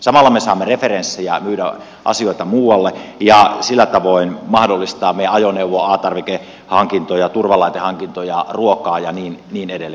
samalla me saamme referenssejä myydä asioita muualle ja sillä tavoin mahdollistaa meidän ajoneuvo a tarvikehankintoja turvalaitehankintoja ruokaa ja niin edelleen